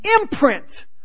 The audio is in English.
imprint